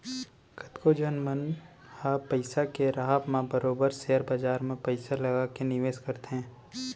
कतको झन मनसे मन ह पइसा के राहब म बरोबर सेयर बजार म पइसा लगा के निवेस करथे